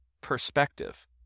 perspective